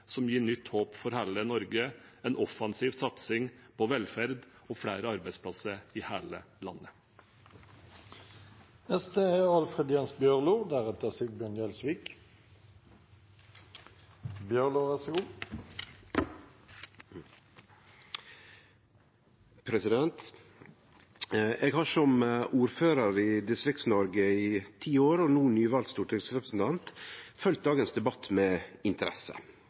som gir nytt håp for hele Norge, en offensiv satsing på velferd og flere arbeidsplasser i hele landet. Eg har som ordførar i Distrikts-Noreg i ti år og no nyvald stortingsrepresentant følgt dagens debatt med interesse